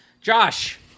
Josh